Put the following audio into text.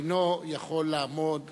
אינו יכול לעמוד